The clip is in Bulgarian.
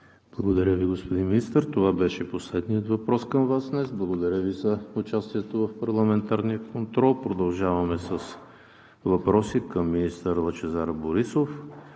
Благодаря Ви, господин Министър. Това беше последният въпрос към Вас днес. Благодаря Ви за участието в парламентарния контрол. Продължаваме с въпроси към министър Лъчезар Борисов.